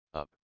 up